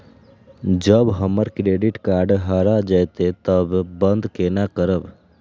जब हमर credit card हरा जयते तब बंद केना करब?